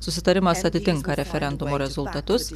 susitarimas atitinka referendumo rezultatus